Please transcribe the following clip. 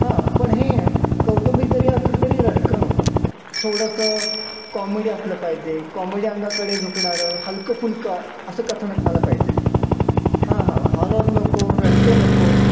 हां पण हे कौटुंबिक जरी असलं तरी रडकं नको थोडंसं कॉमेडी असलं पाहिजे कॉमेडी अंगाकडे झुकणारं हलकंफुलकं असं कथानक मला पाहिजे हां हां हॉरर नको रडकं नको